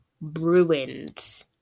Bruins